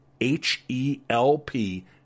H-E-L-P